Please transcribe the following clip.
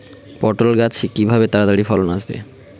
পটল গাছে কিভাবে তাড়াতাড়ি ফলন আসবে?